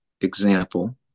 example